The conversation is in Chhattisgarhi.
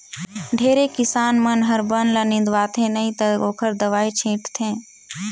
ढेरे किसान मन हर बन ल निंदवाथे नई त ओखर दवई छींट थे